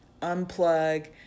unplug